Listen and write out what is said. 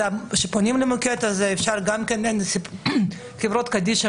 כשפונים למוקד הזה אז צריך להגיד שחברות קדישא